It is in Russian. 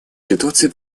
ситуации